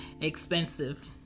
Expensive